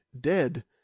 dead